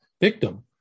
victim